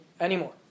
anymore